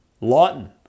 Lawton